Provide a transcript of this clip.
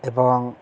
এবং